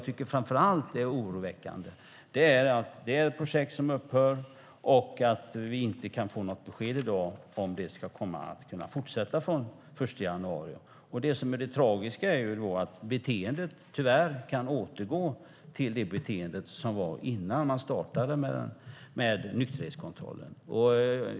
Det är oroväckande att projektet upphör och att vi inte kan få något besked om det ska fortsätta den 1 januari. Det tragiska är att beteendet kan återgå till det beteende som var innan nykterhetskontrollen startade.